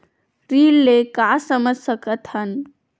ऋण ले का समझ सकत हन?